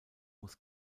muss